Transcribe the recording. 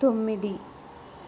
తొమ్మిది